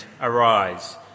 arise